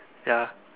yeah